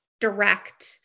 direct